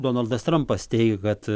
donaldas trampas teigė kad